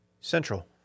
Central